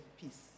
peace